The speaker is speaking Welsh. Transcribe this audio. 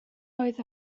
oedd